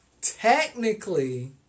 technically